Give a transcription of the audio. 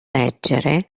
leggere